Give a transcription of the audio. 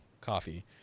coffee